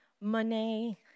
money